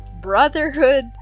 brotherhood